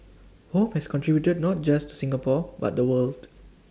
home has contributed not just to Singapore but the world